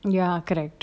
ya correct